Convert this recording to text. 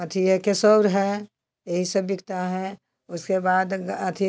अथी है केसौर है यही सब बिकता है उसके बाद अथी